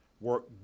work